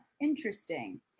Interesting